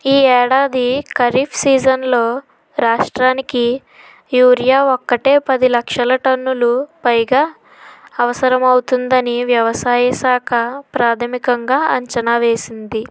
ఈ ఏడాది ఖరీఫ్ సీజన్లో రాష్ట్రానికి యూరియా ఒక్కటే పది లక్షల టన్నులు పైగా అవసరమవుతుందని వ్యవసాయ శాఖ ప్రాథమికంగా అంచనా వేసింది